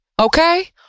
okay